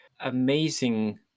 amazing